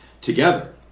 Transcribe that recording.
together